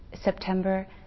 September